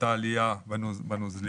הייתה עלייה בנוזלים.